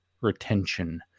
retention